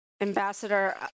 ambassador